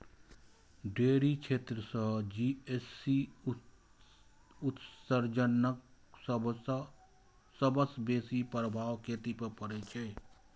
dairy क्षेत्र सं GHG उत्सर्जनक सबसं बेसी प्रभाव खेती पर पड़ै छै